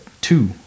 two